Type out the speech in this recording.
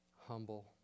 humble